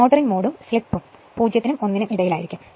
motoring മോഡും സ്ലിപ്പും പൂജ്യത്തിനും ഒന്നിനും ഇടയിലായിരിക്കും